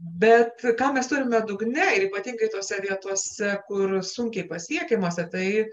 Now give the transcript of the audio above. bet tai ką mes turime dugne ir ypatingai tose vietose kur sunkiai pasiekiamose tai